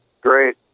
Great